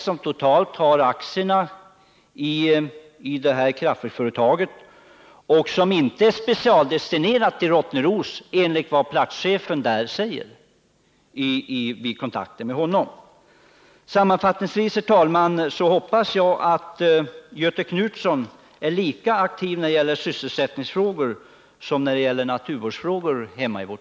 LRF har ju aktiemajoriteten i kraftverksföretaget, och enligt vad platschefen vid Rottneros har sagt vid kontakter med honom är det inte fråga om någon specialdestination dit. Sammanfattningsvis vill jag säga att jag hoppas att Göthe Knutson är lika aktiv hemma i vårt län när det gäller sysselsättningsfrågor som beträffande naturvårdsfrågor.